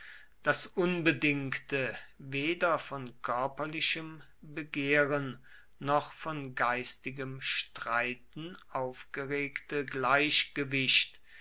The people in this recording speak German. das unbedingte weder von körperlichem begehren noch von geistigem streiten aufgeregte gleichgewicht